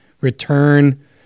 return